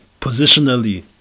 positionally